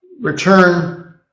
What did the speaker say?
return